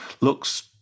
looks